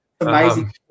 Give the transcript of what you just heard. Amazing